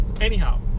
Anyhow